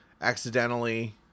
Accidentally